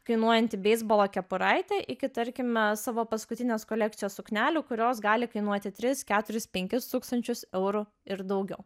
kainuojanti beisbolo kepuraitė iki tarkime savo paskutinės kolekcijos suknelių kurios gali kainuoti tris keturis penkis tūkstančius eurų ir daugiau